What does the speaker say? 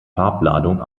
farbladung